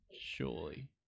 surely